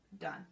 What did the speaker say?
done